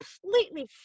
completely